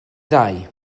ddau